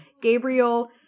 Gabriel